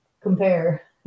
compare